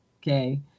okay